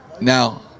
now